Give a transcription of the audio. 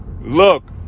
look